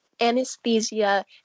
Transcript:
anesthesia